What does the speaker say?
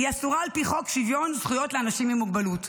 אסורה על פי חוק שוויון זכויות לאנשים עם מוגבלות,